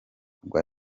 rwa